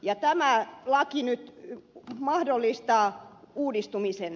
tämä laki nyt mahdollistaa uudistumisen